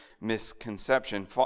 misconception